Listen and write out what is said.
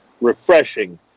refreshing